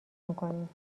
میکنیم